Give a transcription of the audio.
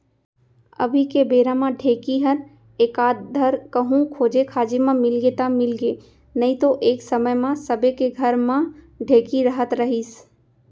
अभी के बेरा म ढेंकी हर एकाध धर कहूँ खोजे खाजे म मिलगे त मिलगे नइतो एक समे म सबे के घर म ढेंकी रहत रहिस